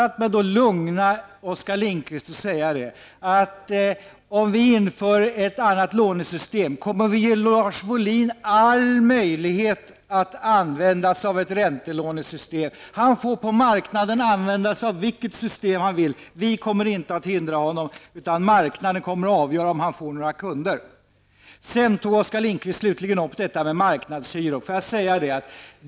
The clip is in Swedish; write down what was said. Låt mig då lugna Oskar Lindkvist och säga att om vi inför ett annat lånesystem kommer vi att ge Lars Wohlin alla möjligheter att använda sig av ett räntelånesystem. Han får använda sig av vilket system han vill på marknaden. Vi kommer inte att hindra honom, utan marknaden kommer att avgöra om han får några kunder. Sedan tog Oskar Lindkvist slutligen upp detta med marknadshyrorna.